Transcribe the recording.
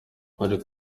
ariko